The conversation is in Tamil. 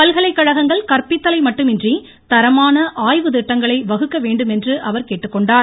பல்கலைக்கழகங்கள் கற்பித்தலை மட்டுமின்றி தரமான ஆய்வுதிட்டங்களை வகுக்க வேண்டுமென்று அவர் கேட்டுக்கொண்டார்